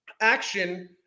action